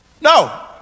No